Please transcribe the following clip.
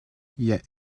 yet